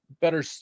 better